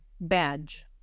Badge